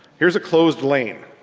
here's a closed lane.